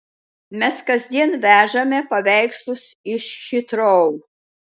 mes kasdien vežame paveikslus iš hitrou